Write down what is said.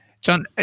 John